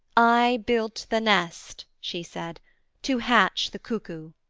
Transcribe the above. i built the nest' she said to hatch the cuckoo.